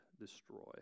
destroy